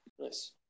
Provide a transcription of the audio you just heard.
Nice